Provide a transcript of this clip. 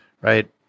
right